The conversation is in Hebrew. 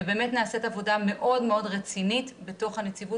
ובאמת נעשית עבודה מאוד רצינית בתוך הנציבות,